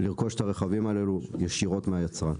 לרכוש את הרכבים האלה ישירות מהיצרן.